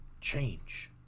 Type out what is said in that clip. change